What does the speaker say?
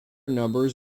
numbers